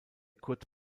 kurt